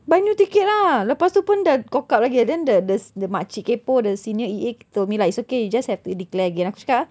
buy new ticket ah lepas tu pun dah cock-up lagi then the the makcik kaypoh the senior E_A told me like it's okay you just have to declare again aku cakap